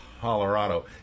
Colorado